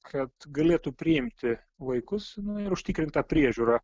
kad galėtų priimti vaikus nu ir užtikrint tą priežiūrą